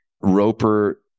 Roper